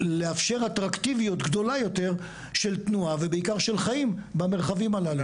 לאפשר אטרקטיביות גדולה יותר של תנועה ובעיקר של חיים במרחבים הללו.